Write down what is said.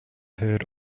heard